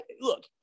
look